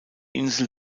insel